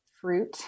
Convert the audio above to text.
fruit